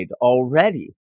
already